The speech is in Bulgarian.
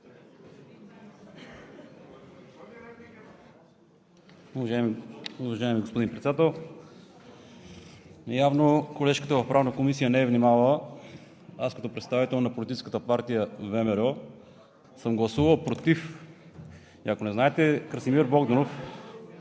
Уважаеми господин Председател! Явно колежката в Правна комисия не е внимавала. Аз като представител на Политическа партия ВМРО съм гласувал против. И ако не знаете, Красимир Богданов…